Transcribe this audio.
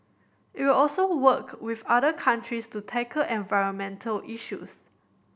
it will also work with other countries to tackle environmental issues